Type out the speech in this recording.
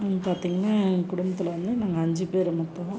பார்த்திங்கன்னா எங்கள் குடும்பத்தில் வந்து நாங்கள் அஞ்சு பேர் மொத்தம்